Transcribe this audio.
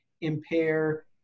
impair